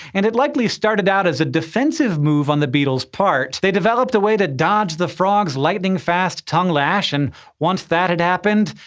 and it likely started out as a defensive move on the beetles' part. they developed a way to dodge the frogs' lightning-fast tongue lash, and once that had happened,